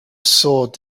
sword